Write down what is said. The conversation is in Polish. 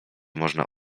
można